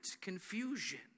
confusion